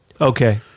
Okay